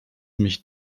mich